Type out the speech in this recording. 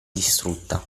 distrutta